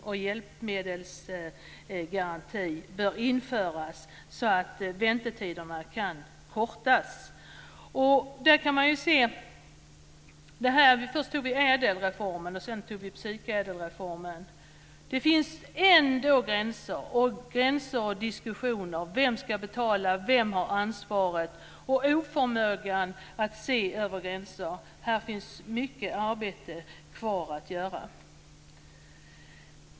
En hjälpmedelsgaranti bör införas, så att väntetiderna kan förkortas. Först genomförde vi ädelreformen och sedan psykädelreformen, men det kvarstår ändå gränser och diskussioner om vem som ska betala och vem som har ansvaret. Man har en oförmåga när det gäller att se över gränserna. Här finns mycket arbete kvar att göra.